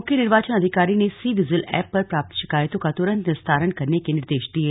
मुख्य निर्वाचन अधिकारी ने सी विजिल ऐप पर प्राप्त शिकायतों का तुरंत निस्तारण करने के निर्देश दिये